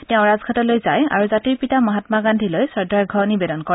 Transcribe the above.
তেওঁ ৰাজঘাটলৈ যায় আৰু জাতিৰ পিতা মহামা গান্ধীলৈ শ্ৰদ্ধাৰ্ঘ নিবেদন কৰে